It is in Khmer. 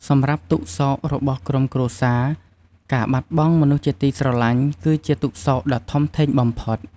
សម្រាប់ទុក្ខសោករបស់ក្រុមគ្រួសារ៖ ការបាត់បង់មនុស្សជាទីស្រឡាញ់ គឺជាទុក្ខសោកដ៏ធំធេងបំផុត។